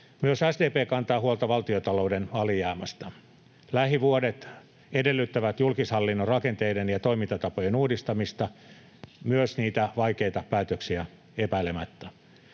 Myös SDP kantaa huolta valtiontalouden alijäämästä. Lähivuodet edellyttävät julkishallinnon rakenteiden ja toimintatapojen uudistamista, myös niitä vaikeita päätöksiä, epäilemättä.